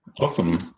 Awesome